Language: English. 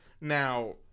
Now